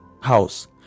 house